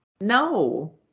No